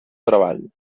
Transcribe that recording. treball